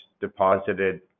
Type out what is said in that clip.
deposited